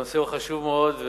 הנושא הוא חשוב מאוד,